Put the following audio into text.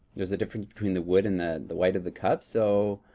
there's a difference between the wood and the the white of the cup. so,